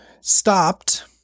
stopped